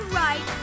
right